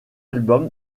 album